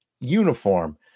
uniform